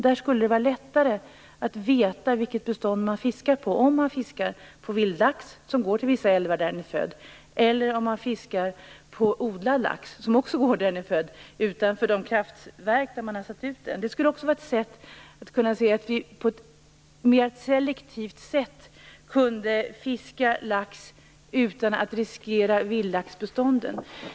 Då skulle det vara lättare att veta vilket bestånd man fiskar på - på vildlax som går till vissa älvar där den är född eller på odlad lax, som också går dit där den är född, utanför de kraftverk där man har satt ut den. Det skulle också kunna vara ett sätt att fiska lax mer selektivt utan att riskera vildlaxbestånden.